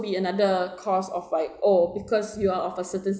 be another cause of like oh because you are of a certain